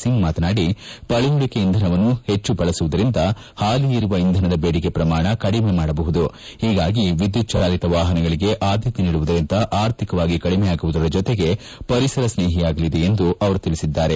ಸಿಂಗ್ ಮಾತನಾಡಿ ಪಳಯುಳಿಕೆ ಇಂಧನವನ್ನು ಹೆಚ್ಚು ಬಳಸುವುದರಿಂದ ಹಾಲಿ ಇರುವ ಇಂಧನದ ಬೇಡಿಕೆ ಪ್ರಮಾಣ ಕಡಿಮೆ ಮಾಡಬಹುದು ಹೀಗಾಗಿ ವಿದ್ಗುತ್ ಚಾಲಿತ ವಾಹನಗಳಿಗೆ ಆದ್ಲತೆ ನೀಡುವುದರಿಂದ ಆರ್ಥಿಕವಾಗಿ ಕಡಿಮೆಯಾಗುವುದರ ಜೊತೆಗೆ ಪರಿಸರ ಸ್ನೇಹಿಯಾಗಲಿದೆ ಎಂದು ಅವರು ತಿಳಿಸಿದ್ದಾರೆ